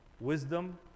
wisdom